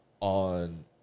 on